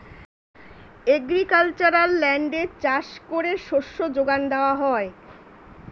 agricultural ল্যান্ডে চাষ করে শস্য যোগান দেওয়া হয়